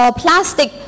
plastic